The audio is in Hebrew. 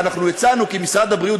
דיברנו עם משרד הבריאות,